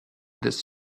this